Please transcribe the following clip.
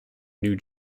new